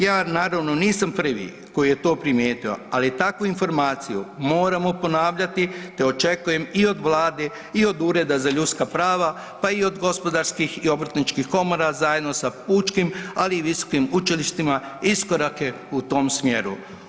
Ja naravno nisam prvi koji je to primijetio ali takvu informaciju moramo ponavljati te očekujem i od Vlade i od Ureda za ljudska prava pa i od gospodarskih i obrtničkih komora zajedno sa pučkim ali i visokim učilištima, iskorake u tom smjeru.